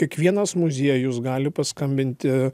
kiekvienas muziejus gali paskambinti